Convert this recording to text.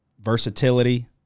versatility